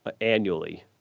annually